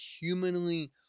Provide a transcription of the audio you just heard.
humanly